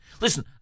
Listen